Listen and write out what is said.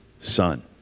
son